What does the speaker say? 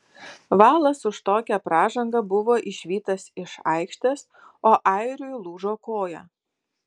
valas už tokią pražangą buvo išvytas iš aikštės o airiui lūžo koja